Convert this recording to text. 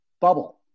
bubble